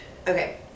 okay